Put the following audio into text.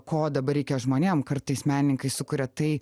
ko dabar reikia žmonėm kartais menininkai sukuria tai